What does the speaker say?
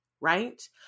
right